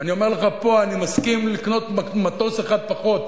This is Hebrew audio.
אני אומר לך פה: אני מסכים לקנות מטוס אחד פחות